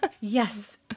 Yes